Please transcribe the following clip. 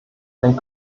ein